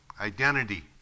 identity